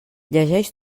llegeix